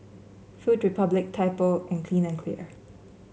Food Republic Typo and Clean and Clear